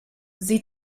sie